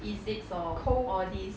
physics or all these